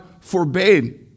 forbade